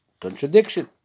Contradiction